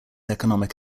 economic